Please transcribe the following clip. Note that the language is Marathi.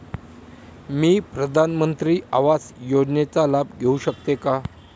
मी प्रधानमंत्री आवास योजनेचा लाभ घेऊ शकते का?